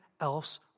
else